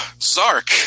Zark